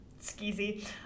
skeezy